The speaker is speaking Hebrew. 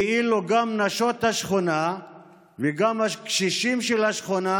כאילו גם נשות השכונה וגם הקשישים של השכונה